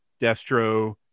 destro